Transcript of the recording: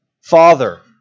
Father